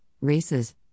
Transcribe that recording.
races